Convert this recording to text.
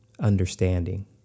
understanding